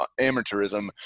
amateurism